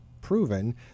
proven